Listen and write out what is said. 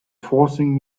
forcing